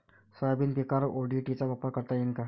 Soybean पिकावर ODT चा वापर करता येईन का?